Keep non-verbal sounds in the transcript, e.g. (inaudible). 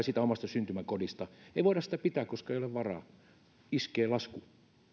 (unintelligible) siitä omasta syntymäkodista ei voida sitä pitää koska ei ole varaa iskee lasku